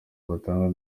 batanga